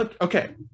okay